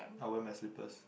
I'll wear my slippers